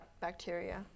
Bacteria